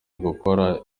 ugukora